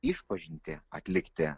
išpažintį atlikti